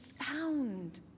found